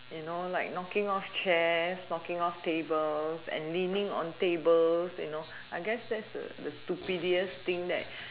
you know like knocking off chair knocking off tables and leaning on tables you know I guess that's the the stupidest thing that